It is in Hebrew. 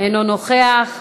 אינו נוכח,